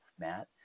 Matt